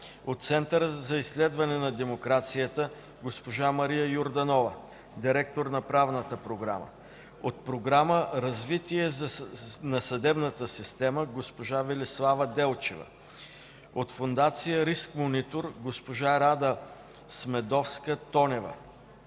от Центъра за изследване на демокрацията: госпожа Мария Йорданова – директор на Правната програма; от Програма за развитие на съдебната система: госпожа Велислава Делчева; от Фондация „Риск монитор”: госпожа Рада Смедовска-Тонева;